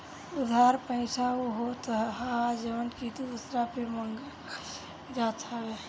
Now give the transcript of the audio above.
उधार पईसा उ होत हअ जवन की दूसरा से मांगल जात हवे